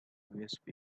usb